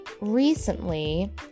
recently